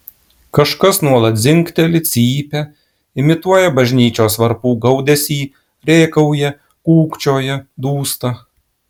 kažkas nuolat dzingteli cypia imituoja bažnyčios varpų gaudesį rėkauja kūkčioja dūsta